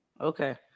Okay